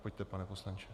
Pojďte, pane poslanče.